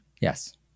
Yes